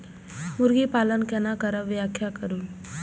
मुर्गी पालन केना करब व्याख्या करु?